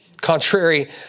Contrary